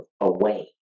away